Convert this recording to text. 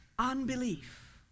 Unbelief